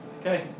okay